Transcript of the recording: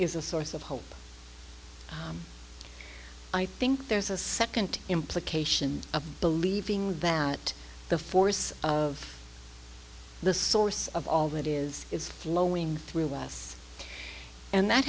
is a source of hope i think there's a second implication of believing that the force of the source of all that is flowing through us and that